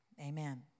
Amen